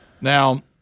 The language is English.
Now